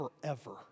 forever